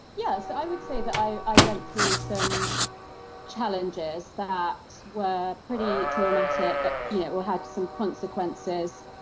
yeah so i would say that i i went through some challenges that were pretty traumatic ah you know had some consequences.